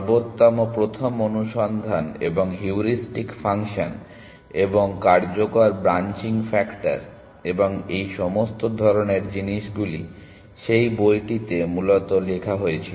সর্বোত্তম প্রথম অনুসন্ধান এবং হিউরিস্টিক ফাংশন এবং কার্যকর ব্রাঞ্চিং ফ্যাক্টর এবং এই সমস্ত ধরণের জিনিসগুলি সেই বইটিতে মূলত লেখা হয়েছিল